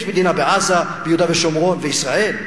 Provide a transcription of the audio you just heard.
יש מדינה בעזה, ביהודה ושומרון וישראל,